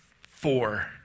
Four